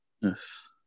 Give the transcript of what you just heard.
Yes